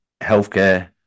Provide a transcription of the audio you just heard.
healthcare